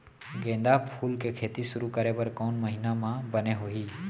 गेंदा फूल के खेती शुरू करे बर कौन महीना मा बने होही?